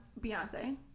beyonce